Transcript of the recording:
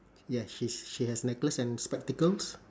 yes she's she has necklace and spectacles